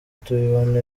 tubibona